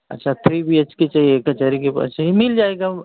अच्छा three B H K चाहिए कचहरी के पास चाहिए मिल जाएगा